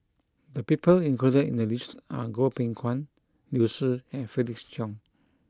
the people included in the list are Goh Beng Kwan Liu Si and Felix Cheong